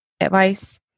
advice